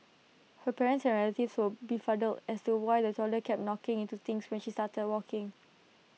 her parents and relatives were befuddled as to why the toddler kept knocking into things when she started walking